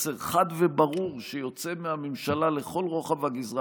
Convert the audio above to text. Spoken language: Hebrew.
מסר חד וברור שיוצא מהממשלה לכל רוחב הגזרה,